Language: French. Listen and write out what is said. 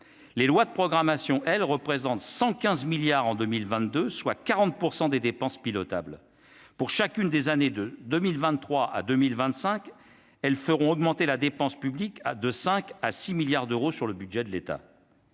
les lois de programmation, elle représente 115 milliards en 2022 soit 40 % des dépenses pilotables pour chacune des années de 2023 à 2025, elles feront augmenter la dépense publique a de 5 à 6 milliards d'euros sur le budget de l'État.